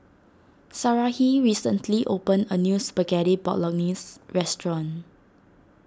Sarahi recently opened a new Spaghetti Bolognese restaurant